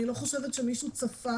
אני לא חושבת שמישהו צפה